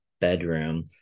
bedroom